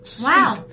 Wow